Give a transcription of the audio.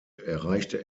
erreichte